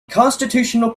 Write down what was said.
constitutional